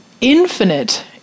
Infinite